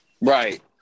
Right